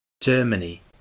Germany